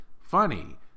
Funny